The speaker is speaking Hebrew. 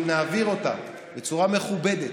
אם נעביר אותם בצורה מכובדת,